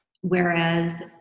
Whereas